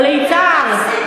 או ליצהר,